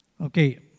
Okay